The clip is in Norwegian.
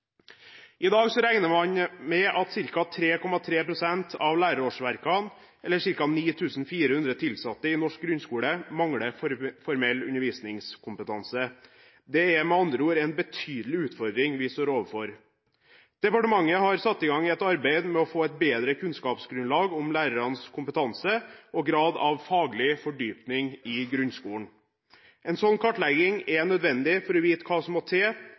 I dag regner man med at ca. 9 400 tilsatte i norsk grunnskole – ca. 3,3 pst. av lærerårsverkene – mangler formell undervisningskompetanse. Det er med andre ord en betydelig utfordring vi står overfor. Departementet har satt i gang et arbeid med å få et bedre kunnskapsgrunnlag om lærernes kompetanse og grad av faglig fordypning i grunnskolen. En sånn kartlegging er nødvendig for å vite hva som må til